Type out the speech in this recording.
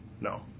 No